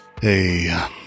hey